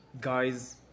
guys